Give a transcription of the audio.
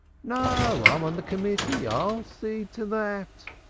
no, i'm on the committee, i'll see to that,